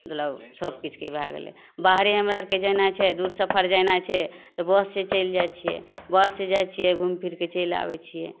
मतलब सबकिछुके भै गेलै बाहरे हमरा आओरके जेनाइ छै दूर सफर जेनाइ छै तऽ बससे चलि जाइ छिए बससे जाइ छिए घुमि फिरिके चलि आबै छिए